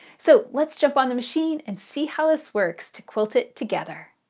so let's jump on the machine and see how this works to quilt it together.